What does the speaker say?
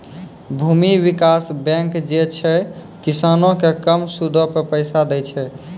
भूमि विकास बैंक जे छै, किसानो के कम सूदो पे पैसा दै छे